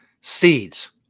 Seeds